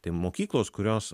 tai mokyklos kurios